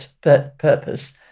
purpose